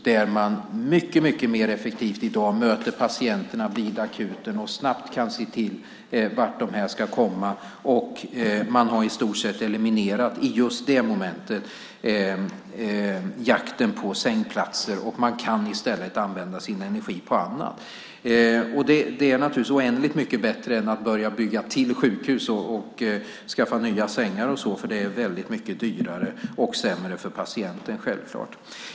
Där möter man i dag patienterna på akuten mycket mer effektivt och kan snabbt se vart de ska komma. Man har, i just det momentet, i stort sett eliminerat jakten på sängplatser och kan i stället använda sin energi på annat. Det är naturligtvis oändligt mycket bättre än att börja bygga till sjukhus och skaffa nya sängar och sådant. Det är väldigt mycket dyrare och sämre för patienterna, självklart.